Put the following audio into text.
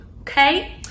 okay